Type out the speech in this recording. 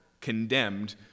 condemned